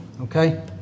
okay